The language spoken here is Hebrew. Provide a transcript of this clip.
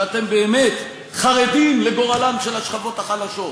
שאתם באמת חרדים לגורלן של השכבות החלשות.